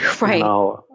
Right